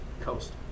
coast